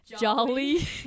jolly